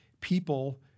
people